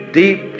deep